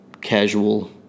casual